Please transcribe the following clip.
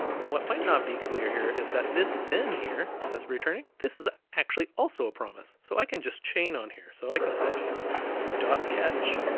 and what might not be clear here is that this then here, that's returning. this is actually also a promise. so i can just chain on here. so i can say catch,